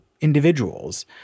individuals